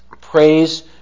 praise